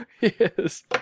Yes